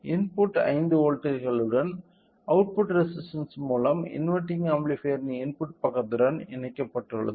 input 5 வோல்ட்களுடன் output resistance மூலம் inverting ஆம்ப்ளிஃபையரின் இன்புட் பக்கத்துடன் இணைக்கப்பட்டுள்ளது